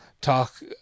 talk